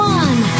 one